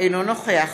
אינו נוכח